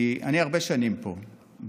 אני הרבה שנים פה,